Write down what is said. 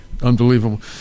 Unbelievable